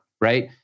right